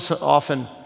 often